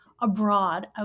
abroad